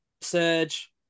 Serge